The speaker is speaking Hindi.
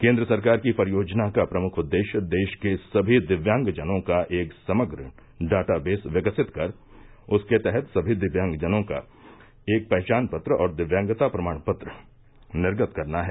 केन्द्र सरकार की परियोजना का प्रमुख उद्देश्य देश के सभी दिव्यांगजनों का एक समग्र डाटा बेस विकसित कर उसके तहत समी दिव्यांगजनों का एक पहचान पत्र और दिव्यांगता प्रमाण पत्र निर्गत करना है